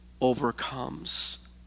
overcomes